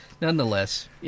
nonetheless